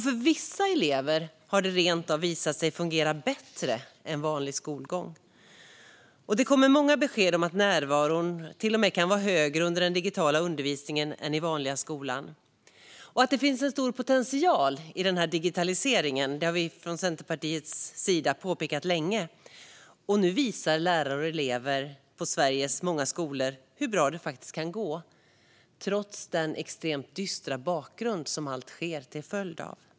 För vissa elever har det rent av visat sig fungera bättre än vanlig skolgång, och det kommer många besked om att närvaron till och med kan vara högre vid den digitala undervisningen än i vanliga skolan. Att det finns en stor potential i digitaliseringen har vi från Centerpartiets sida påpekat länge, och nu visar lärare och elever på Sveriges många skolor hur bra det faktiskt kan gå - trots den extremt dystra bakgrunden till det som sker.